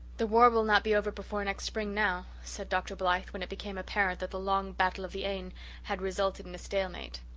the war will not be over before next spring now, said dr. blythe, when it became apparent that the long battle of the aisne had resulted in a stalemate.